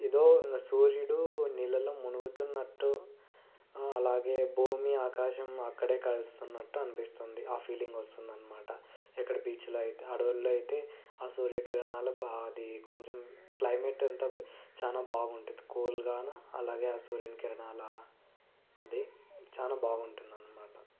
ఏదో ఇంకా సూర్యుడు నీళ్ళలో మునుగుతున్నట్టు అలాగే భూమి ఆకాశం అక్కడే కలుస్తున్నట్టు అనిపిస్తుంది ఆ ఫీలింగ్ వస్తుంది అన్నమాట ఎక్కడ బీచ్లో అయితే అడవుల్లో అయితే ఆ సూర్యకిరణాలు అది కొంచెం క్లైమేట్ అంతా చాలా బాగుంటుంది కూల్గాను అలాగే ఆ సూర్యుని కిరణాల అది చాలా బాగుంటుంది అన్నమాట